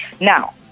Now